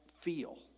feel